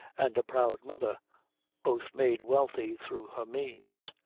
and a proud mother both made wealthy through her means.